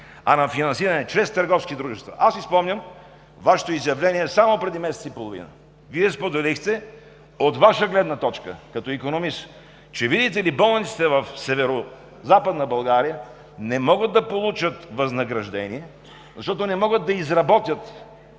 а на финансиране чрез търговски дружества. Спомням си Вашето изявление само преди месец и половина. Вие споделихте от Ваша гледна точка като икономист, че, видите ли, болниците в Северозападна България не могат да получат възнаграждения, защото не могат да изработят,